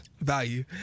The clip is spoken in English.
value